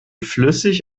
flüssig